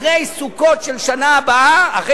אחרי סוכות של השנה הבאה,